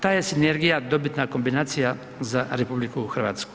Ta je sinergija dobitna kombinacija za RH.